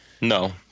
No